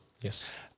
Yes